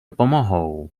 pomohou